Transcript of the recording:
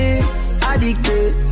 Addicted